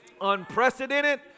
unprecedented